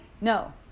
No